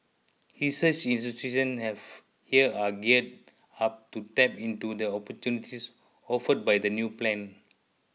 research institution have here are geared up to tap into the opportunities offered by the new plan